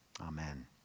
amen